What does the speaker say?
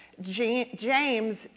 James